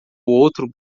outro